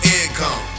income